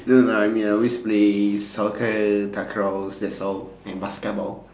no lah I mean I always play soccer takraw and basketball